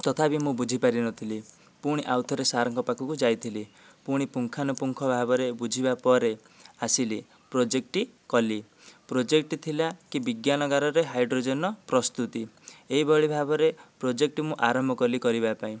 ତଥାପି ମୁଁ ବୁଝିପାରି ନ ଥିଲି ପୁଣି ଆଉ ଥରେ ସାର୍ଙ୍କ ପାଖକୁ ଯାଇଥିଲି ପୁଣି ପୁଙ୍ଖାନୁପୁଙ୍ଖ ଭାବେରେ ବୁଜିବା ପରେ ଆସିଲି ପ୍ରୋଜେକ୍ଟଟି କଲି ପ୍ରୋଜେକ୍ଟ ଥିଲା କି ବିଜ୍ଞାନଗାରରେ ହାଇଡ଼୍ରୋଜେନ୍ର ପ୍ରସ୍ତୁତି ଏହିଭଳି ଭାବେ ପ୍ରୋଜେକ୍ଟଟି ମୁଁ ଆରମ୍ଭ କଲି କରିବାପାଇଁ